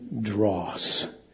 dross